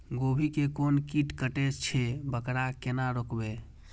गोभी के कोन कीट कटे छे वकरा केना रोकबे?